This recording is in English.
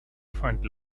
find